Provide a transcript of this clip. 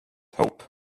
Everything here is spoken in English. hope